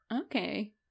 Okay